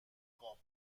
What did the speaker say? قاب